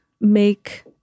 make